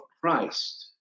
Christ